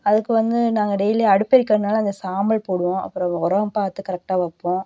அதுக்கு வந்து நாங்கள் டெய்லி அடுப்பெரிக்கறதுனால் அந்த சாம்பல் போடுவோம் அப்புறம் உரம் பார்த்து கரெக்டாக வைப்போம்